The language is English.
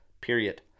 period